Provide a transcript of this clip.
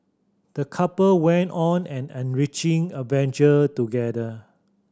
the couple went on an enriching adventure together